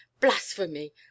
blasphemy